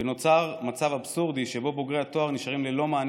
ונוצר מצב אבסורדי שבוגרי התואר נשארים ללא מענה